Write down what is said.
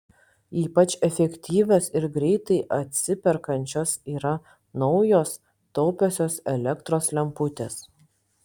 ypač efektyvios ir greitai atsiperkančios yra naujos taupiosios elektros lemputės